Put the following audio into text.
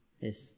yes।